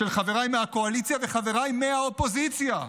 של חבריי מהקואליציה וחבריי מהאופוזיציה.